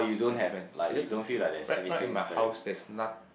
sentiment it's just it right right in my house there's not~